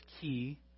key